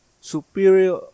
Superior